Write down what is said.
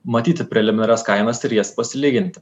matyti preliminarias kainas ir jas pasilyginti